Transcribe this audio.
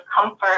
comfort